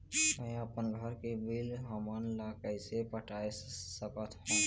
मैं अपन घर के बिल हमन ला कैसे पटाए सकत हो?